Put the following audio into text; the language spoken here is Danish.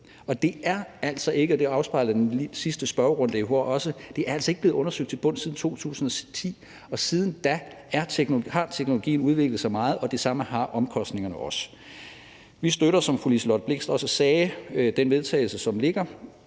øvrigt også – blevet undersøgt til bunds siden 2010, og siden da har teknologien udviklet sig meget, og det samme har omkostningerne. Vi støtter, som fru Liselott Blixt også sagde, det forslag til vedtagelse, som ligger,